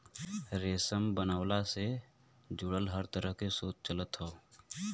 रेशम बनवला से जुड़ल हर तरह के शोध चलत हौ